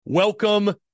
Welcome